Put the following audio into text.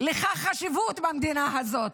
לך חשיבות במדינה הזאת.